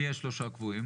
מי השלושה הקבועים?